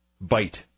bite